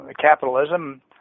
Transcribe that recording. capitalism